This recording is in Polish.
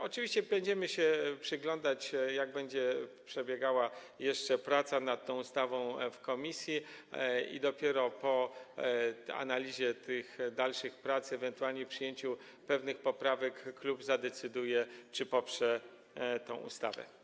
Oczywiście będziemy się jeszcze przyglądać, jak będą przebiegały prace nad tą ustawą w komisji, i dopiero po analizie dalszych prac i ewentualnie przyjęciu pewnych poprawek klub zadecyduje, czy poprze tę ustawę.